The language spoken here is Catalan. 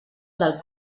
del